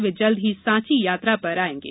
वे जल्द ही सांची यात्रा पर आयेंगे